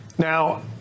Now